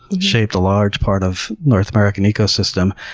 shaped a large part of north american ecosystem,